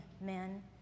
men